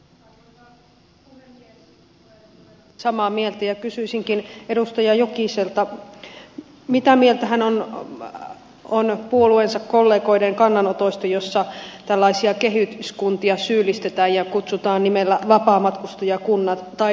olen todella samaa mieltä ja kysyisinkin edustaja jokiselta mitä mieltä hän on puolueensa kollegoiden kannanotoista joissa tällaisia kehyskuntia syyllistetään ja kutsutaan nimellä vapaamatkustajakunnat tai loiskunnat